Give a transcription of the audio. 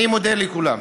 אני מודה לכולם.